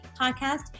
podcast